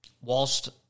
whilst